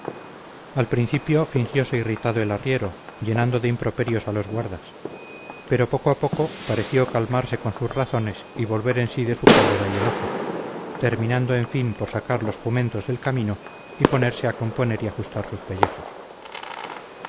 al principio fingióse irritado el arriero llenando de improperios a los guardas pero poco a poco pareció calmarse con sus razones y volver en sí de su cólera y enojo terminando en fin por sacar los jumentos del camino y ponerse a componer y ajustar sus pellejos